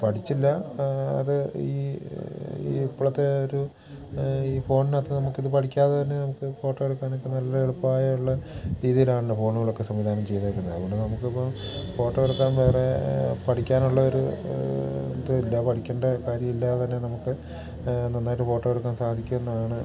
പഠിച്ചില്ല അത് ഈ ഈ ഇപ്പോളത്തെ ഒരു ഈ ഫോണിനകത്ത് നമുക്കിത് പഠിക്കാതെ തന്നെ നമുക്ക് ഫോട്ടോ എടുക്കാനൊക്കെ നല്ല എളുപ്പമായുള്ള രീതിയിലാണ് ഫോണുകളൊക്കെ സംവിധാനം ചെയ്തേക്കുന്നത് അതുകൊണ്ട് നമുക്കിപ്പം ഫോട്ടോ എടുക്കാൻ വേറെ പഠിക്കാനുള്ള ഒരു ഇതില്ല പഠിക്കേണ്ട കാര്യം ഇല്ലാതെതന്നെ നമുക്ക് നന്നായിട്ട് ഫോട്ടോ എടുക്കാൻ സാധിക്കുന്നതാണ്